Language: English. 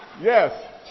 yes